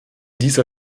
dieser